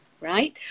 right